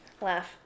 Laugh